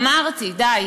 אמרתי: די,